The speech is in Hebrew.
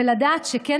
ולדעת שכן,